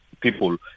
people